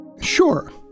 Sure